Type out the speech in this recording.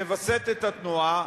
מווסת את התנועה.